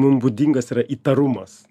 mum būdingas įtarumas